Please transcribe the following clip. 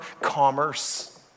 commerce